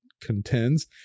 contends